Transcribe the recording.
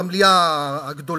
במליאה הגדולה,